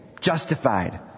Justified